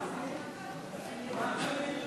ההצעה להעביר את הצעת חוק ניירות ערך (תיקון מס' 59),